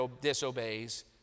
disobeys